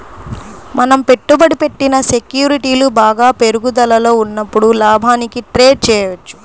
మనం పెట్టుబడి పెట్టిన సెక్యూరిటీలు బాగా పెరుగుదలలో ఉన్నప్పుడు లాభానికి ట్రేడ్ చేయవచ్చు